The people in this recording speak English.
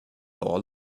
all